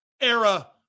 Era